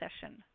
session